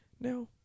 Now